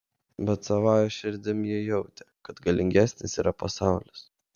bet savąja širdim ji jautė kad galingesnis yra pasaulis